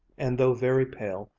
and though very pale,